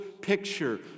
picture